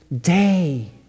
day